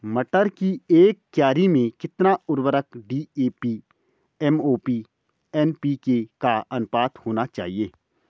मटर की एक क्यारी में कितना उर्वरक डी.ए.पी एम.ओ.पी एन.पी.के का अनुपात होना चाहिए?